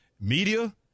Media